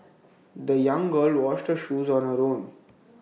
the young girl washed her shoes on her own